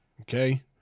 okay